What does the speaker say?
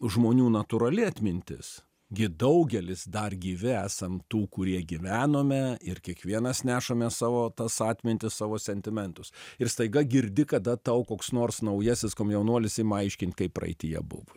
žmonių natūrali atmintis gi daugelis dar gyvi esam tų kurie gyvenome ir kiekvienas nešame savo tas atmintis savo sentimentus ir staiga girdi kada tau koks nors naujasis komjaunuolis ima aiškint kaip praeityje buvo